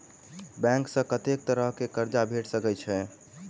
Bank सऽ कत्तेक तरह कऽ कर्जा भेट सकय छई?